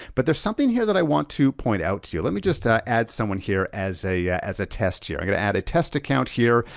but there's something here that i want to point out to you. let me just add someone here as a yeah as a test here. i'm gonna add a test account here.